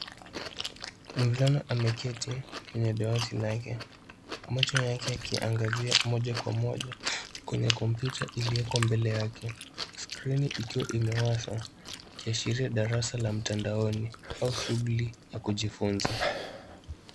Mvulana ameketi kwenye dawati lake. Macho yake yakiangazia moja kwa moja kwenye kompyuta iliyoko mbele yake, skirini ikiwa imewashwa. Ikiashiria darasa la mtandaoni au shughuli ya kujifunza.